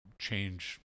change